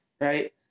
right